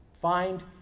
find